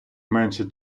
менше